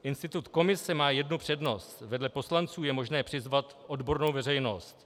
Institut komise má jednu přednost vedle poslanců je možné přizvat odbornou veřejnost.